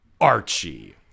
Archie